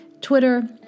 Twitter